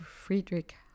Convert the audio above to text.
Friedrich